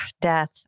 Death